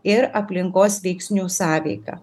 ir aplinkos veiksnių sąveika